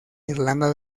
irlanda